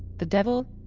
the devil?